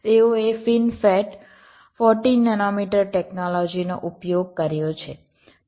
તેઓએ FinFET 14 nanometre ટેક્નોલોજીનો ઉપયોગ કર્યો છે